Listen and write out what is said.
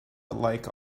alike